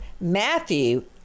Matthew